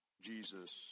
Jesus